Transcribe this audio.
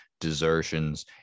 desertions